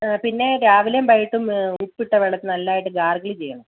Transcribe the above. ആ പിന്നെ രാവിലെയും വൈകിട്ടും ഉപ്പിട്ട വെള്ളത്തിൽ നല്ലതയിട്ട് ഗാർഗിൾ ചെയ്യണം